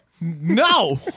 No